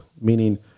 meaning